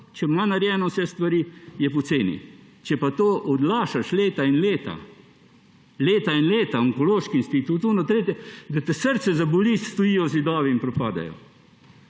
če ima narejene vse stvari, je poceni; če pa to odlašaš leta in leta, leta in leta, Onkološki institut, drugo, tretje, da te srce zaboli, stojijo zidovi in propadejo.